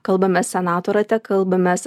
kalbamės senato rate kalbamės